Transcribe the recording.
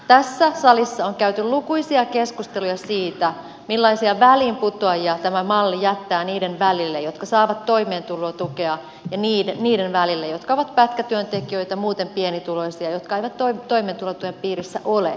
tässä salissa on käyty lukuisia keskusteluja siitä millaisia väliinputoajia tämä malli jättää niiden välille jotka saavat toimeentulotukea ja niiden välille jotka ovat pätkätyöntekijöitä muuten pienituloisia jotka eivät toimeentulotuen piirissä ole